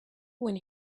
when